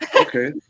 okay